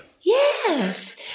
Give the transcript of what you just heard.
Yes